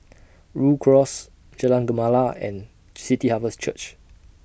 Rhu Cross Jalan Gemala and City Harvest Church